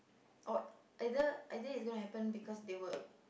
or either either it's going to happen because they will